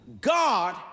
God